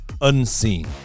unseen